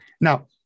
Now